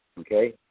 okay